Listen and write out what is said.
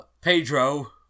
Pedro